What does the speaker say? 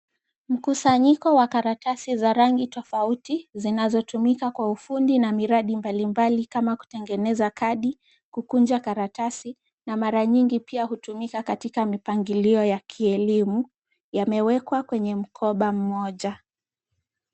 Mkusanyika wa karatasi za rangi tofauti zinazotumika kwa ufundi na miradi mbalimbali kama kutengeneza kadi ,kukunjq karatasi na mara nyingi pia hutumika katika mipangilio ya kielimu yamewekwa kwenye mkoba mmoja.